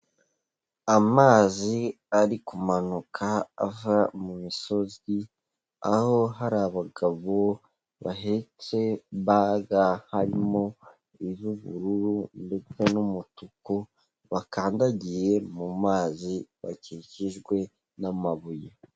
Amazi ari kumanuka ava mu misozi, aho hari abagabo bahetse baga, harimo iz'ubururu ndetse n'umutuku, bakandagiye mu mazi bakikijwe n'amabuye.